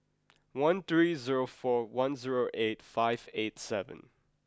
one three zero four one zero eight five eight seven